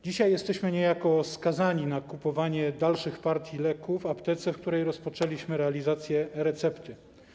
Dzisiaj jesteśmy niejako skazani na kupowanie dalszych partii leków w aptece, w której rozpoczęliśmy realizację e-recepty.